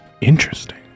Interesting